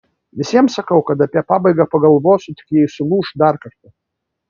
visiems sakau kad apie pabaigą pagalvosiu tik jei sulūš dar kartą